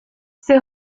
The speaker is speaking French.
ses